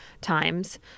times